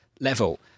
level